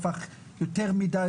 הפך יותר מדיי,